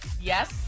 Yes